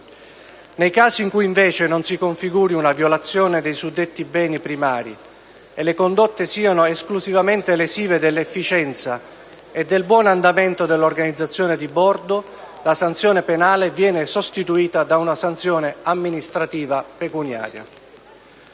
Nei casi in cui, invece, non si configuri una violazione dei suddetti beni primari e le condotte siano esclusivamente lesive dell'efficienza e del buon andamento dell'organizzazione di bordo, la sanzione penale viene sostituita da una sanzione amministrativa pecuniaria.